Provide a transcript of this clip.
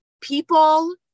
people